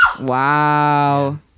Wow